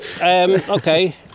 okay